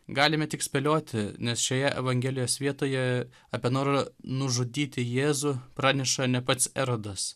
galime tik spėlioti nes šioje evangelijos vietoje apie norą nužudyti jėzų praneša ne pats erodas